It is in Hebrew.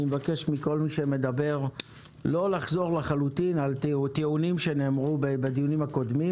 אני מבקש מכל מי שמדבר לא לחזור על טיעונים שנאמרו בדיונים הקודמים.